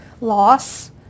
loss